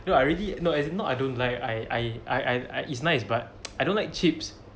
you know I already no it's not I don't like I I I I it's nice but I don't like chips